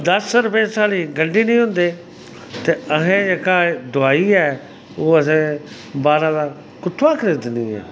दस रपेऽ साढ़ी गंढी निंं होंदे ते असें जेह्का एह् दोआई ऐ ओह् असें बाह्रा दा कु'त्थूं दा खरीदनी ऐ